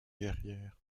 guerrière